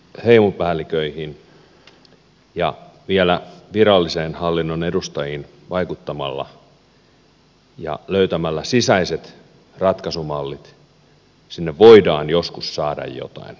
uskontoon heimopäälliköihin ja vielä virallisen hallinnon edustajiin vaikuttamalla ja löytämällä sisäiset ratkaisumallit sinne voidaan joskus saada jotain hyvää aikaiseksi